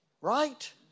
right